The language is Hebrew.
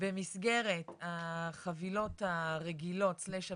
במסגרת החבילות הרגילות סלש הבסיסיות,